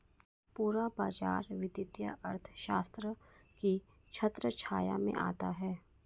पूरा बाजार वित्तीय अर्थशास्त्र की छत्रछाया में आता है